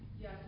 Yes